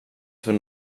för